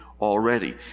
already